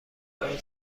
اون